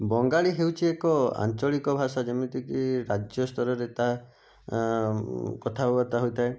ବଙ୍ଗାଳୀ ହେଉଛି ଏକ ଆଞ୍ଚଳିକ ଭାଷା ଯେମିତିକି ରାଜ୍ୟ ସ୍ତରରେ ତା କଥାବାର୍ତ୍ତା ହୋଇଥାଏ